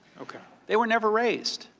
they were never raised.